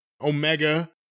Omega